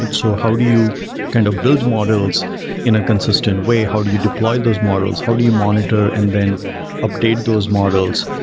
and so how do you kind of build models in a consistent way? how do you deploy those models? how do you monitor and then update those models?